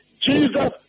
Jesus